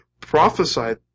prophesied